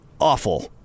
awful